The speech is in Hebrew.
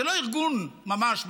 זה לא ארגון ממש,